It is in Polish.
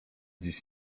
dziś